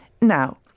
Now